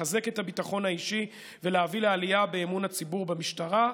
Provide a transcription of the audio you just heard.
לחזק את הביטחון האישי ולהביא לעלייה באמון הציבור במשטרה.